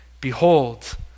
behold